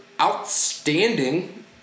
outstanding